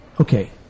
okay